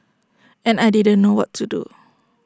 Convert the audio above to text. and I didn't know what to do